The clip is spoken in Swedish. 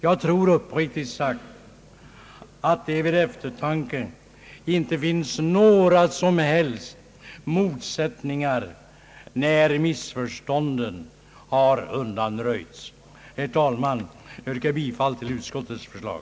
Jag tror uppriktigt sagt att det vid närmare eftertanke inte kommer att finnas några som helst motsättningar kvar när missförstånden har undanröjts. Herr talman! Jag ber att få yrka bifall till utskottets förslag.